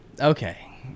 okay